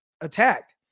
attacked